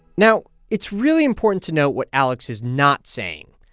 now, it's really important to note what alex is not saying.